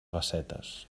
bassetes